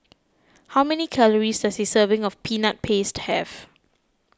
how many calories does a serving of Peanut Paste have